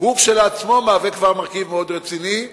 כשלעצמו מהווה מרכיב מאוד רציני,